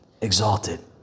exalted